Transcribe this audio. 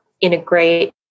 integrate